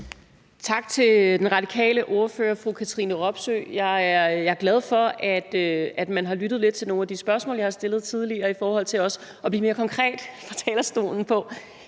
Tak til den radikale ordfører, fru Katrine Robsøe. Jeg er glad for, at man har lyttet lidt til nogle af de spørgsmål, jeg har stillet tidligere i forhold til også at blive mere konkret fra talerstolen på,